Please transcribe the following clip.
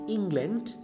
England